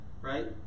Right